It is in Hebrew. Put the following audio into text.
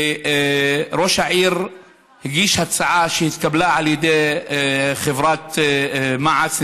ראש העיר הגיש הצעה שהתקבלה על ידי חברת מע"צ,